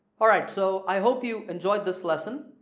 alright so i hope you enjoyed this lesson.